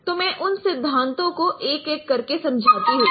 तो मैं उन सिद्धांतों को एक एक करके समझाता हूं